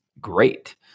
great